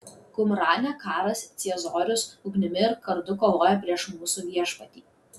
kumrane karas ciesorius ugnimi ir kardu kovoja prieš mūsų viešpatį